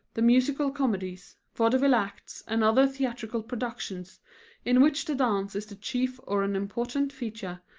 the musical comedies, vaudeville acts, and other theatrical productions in which the dance is the chief or an important feature,